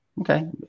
okay